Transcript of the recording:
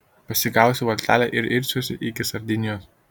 pasigausiu valtelę ir irsiuosi iki sardinijos